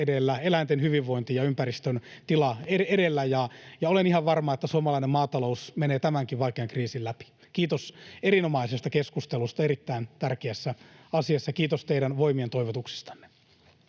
edellä, eläinten hyvinvointi ja ympäristön tila edellä. Ja olen ihan varma, että suomalainen maatalous menee tämänkin vaikean kriisin läpi. Kiitos erinomaisesta keskustelusta erittäin tärkeässä asiassa. Kiitos teidän voimien toivotuksistanne.